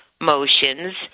motions